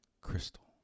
Crystal